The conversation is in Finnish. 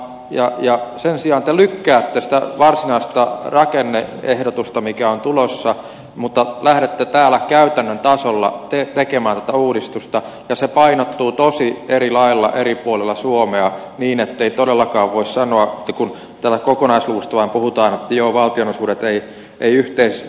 sen sijaan te lykkäätte sitä varsinaista rakenne ehdotusta joka on tulossa mutta lähdette täällä käytännön tasolla tekemään tätä uudistusta ja se painottuu tosi eri lailla eri puolilla suomea niin ettei todellakaan voi sanoa että kun täällä kokonaisluvusta vain puhutaan että joo valtionosuudet eivät yhteensä vähene